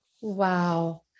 Wow